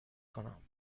کنم